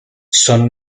son